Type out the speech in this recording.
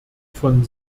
von